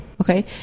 Okay